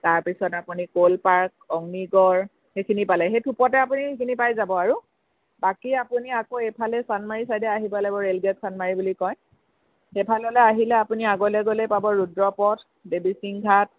তাৰপিছত আপুনি ক'ল পাৰ্ক অগ্নিগড় সেইখিনি পালে সেই থোপতে আপুনি সেইখিনি পাই যাব আৰু বাকী আপুনি আকৌ এইফালে চানমাৰীৰ ছাইডে আহিব ৰে'ল গে'ট চানমাৰী বুলি কয় সেইফাললৈ আহিলে আপুনি আগলৈ গ'লেই পাব ৰুদ্ৰপদ দেৱীসিং ঘাট